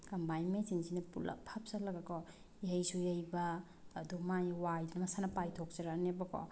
combine ꯃꯦꯆꯤꯟꯁꯤꯅ ꯄꯨꯂꯞ ꯍꯥꯞꯆꯤꯜꯂꯒꯀꯣ ꯌꯩꯁꯨ ꯌꯩꯕ ꯑꯗꯨ ꯃꯥꯒꯤ ꯋꯥꯏꯗꯨꯅ ꯃꯁꯥꯅ ꯄꯥꯏꯊꯣꯛꯆꯔꯅꯦꯕꯀꯣ